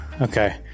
Okay